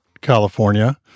California